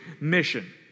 mission